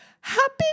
Happy